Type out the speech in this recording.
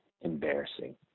embarrassing